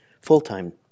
full-time